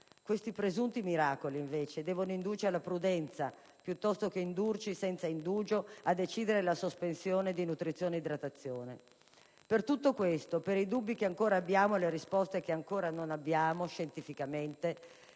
Questi presunti miracoli, invece, devono indurci alla prudenza, piuttosto che indurci, senza indugio, a decidere la sospensione di nutrizione e idratazione. Per tutto questo, per i dubbi che ancora abbiamo e le risposte che ancora non abbiamo scientificamente,